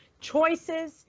choices